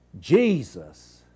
Jesus